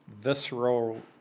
visceral